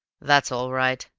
that's all right.